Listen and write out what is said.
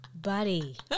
Buddy